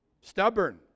stubborn